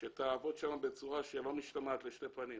שתעבוד שם בצורה שלא משתמעת לשתי פנים.